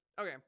okay